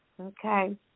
Okay